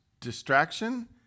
distraction